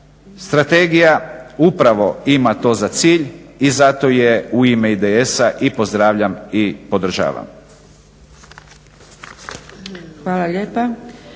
Strategija upravo ima to za cilj i zato je u ime IDS-a i pozdravljam i podržavam.